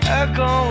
echo